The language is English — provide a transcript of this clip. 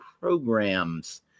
programs